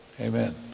Amen